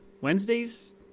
Wednesdays